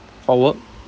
for work